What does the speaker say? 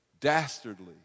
dastardly